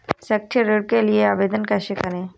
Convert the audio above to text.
शैक्षिक ऋण के लिए आवेदन कैसे करें?